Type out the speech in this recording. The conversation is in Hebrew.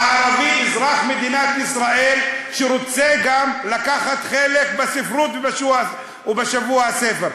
מה יעשה ערבי אזרח מדינת ישראל שרוצה גם לקחת חלק בספרות ובשבוע הספר?